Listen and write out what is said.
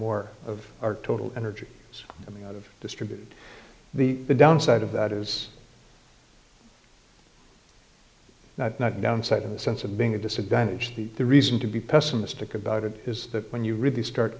more of our total energy coming out of distributed the downside of that is not downside in the sense of being a disadvantage the reason to be pessimistic about it is that when you really start